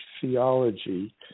theology